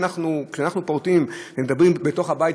כשאנחנו פורטים ומדברים בתוך הבית